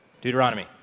Deuteronomy